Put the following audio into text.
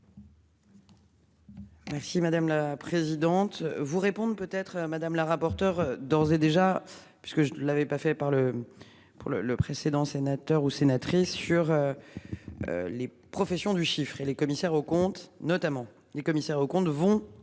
Merci madame la présidente vous répondent peut être à madame la rapporteure d'ores et déjà parce que je l'avais pas fait par le pour le. Le précédent sénateurs ou sénatrices sur. Les professions du chiffre et les commissaires aux comptes, notamment les commissaires aux comptes vont